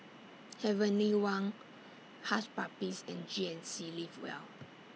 Heavenly Wang Hush Puppies and G N C Live Well